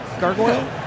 Gargoyle